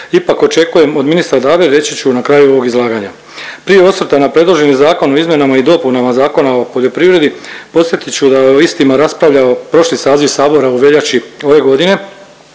ipak očekujem od ministra Dabre reći ću na kraju ovog izlaganja. Prije osvrta na predloženi Zakon o izmjenama i dopunama Zakona o poljoprivredi podsjetit ću da o istima raspravljao prošli saziv Sabora u veljači ove godine